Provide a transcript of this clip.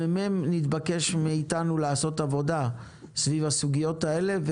מרכז המחקר והמידע נתבקש מאיתנו לעשות עבודה סביב הסוגיות האלה,